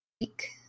week